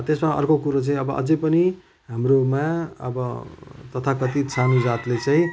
त्यसमा अर्को कुरो चाहिँ अब अझै पनि हाम्रोमा अब तथा कथित सानो जातले चाहिँ